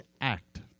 act